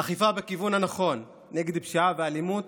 אכיפה בכיוון הנכון נגד הפשיעה והאלימות